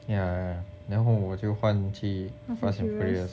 yeah then 后我就换去 fast and furious